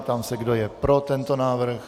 Ptám se, kdo je pro tento návrh.